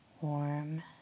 Warm